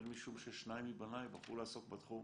הן משום ששניים מבניי בחרו לעסוק בתחום.